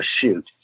shoot